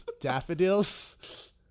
Daffodils